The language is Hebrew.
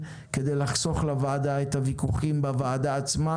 כדי לחסוך לוועדה את הוויכוחים בוועדה עצמה.